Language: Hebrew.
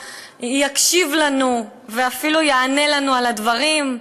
יקשיב לנו ואפילו יענה לנו על הדברים.